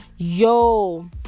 yo